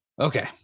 okay